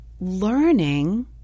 learning